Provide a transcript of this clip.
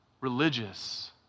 Religious